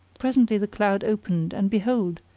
presently the cloud opened and behold,